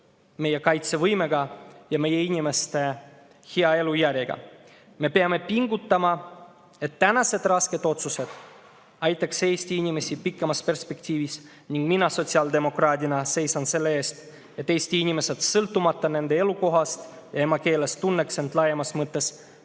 meie kaitsevõimega ja meie inimeste hea elujärjega. Me peame pingutama, et tänased rasked otsused aitaks Eesti inimesi pikemas perspektiivis, ning mina sotsiaaldemokraadina seisan selle eest, et Eesti inimesed sõltumata nende elukohast ja emakeelest tunneks end laiemas mõttes